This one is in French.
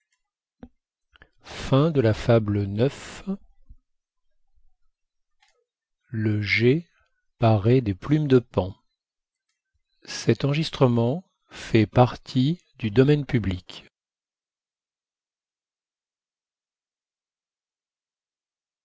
le geai paré des plumes du paon